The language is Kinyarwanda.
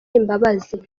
imbabazi